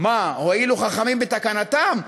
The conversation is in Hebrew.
מה הועילו חכמים בתקנתם?